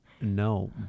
No